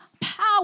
power